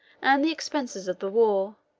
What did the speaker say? and the expenses of the war